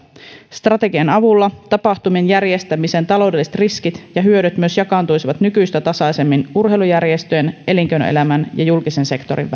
strategian avulla tapahtumien järjestämisen taloudelliset riskit ja hyödyt myös jakaantuisivat nykyistä tasaisemmin urheilujärjestöjen elinkeinoelämän ja julkisen sektorin